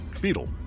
beetle